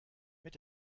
mit